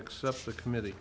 except the committee